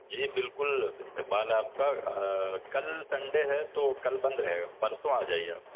جی بالکل استقبال ہے آپ کا کل سنڈے ہے تو کل بند رہے گا پرسوں آ جائیے آپ